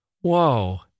Whoa